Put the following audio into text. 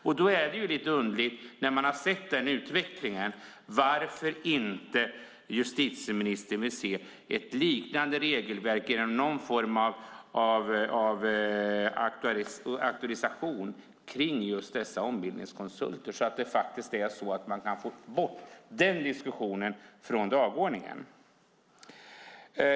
När man har sett denna utveckling tycker man att det är det lite underligt att justitieministern inte vill se ett liknande regelverk eller någon form av auktorisation för ombildningskonsulterna. Varför vill hon inte det? Då skulle man kunna få bort denna diskussion från dagordningen.